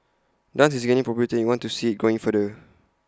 dance is gaining popularity we want to see IT growing further